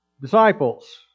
disciples